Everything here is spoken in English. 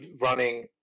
running